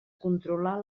controlar